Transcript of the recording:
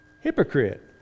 Hypocrite